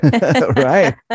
Right